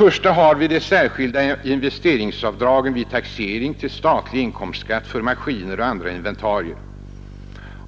Vi har de särskilda investeringsavdragen för maskiner och andra inventarier vid taxering till statlig inkomstskatt.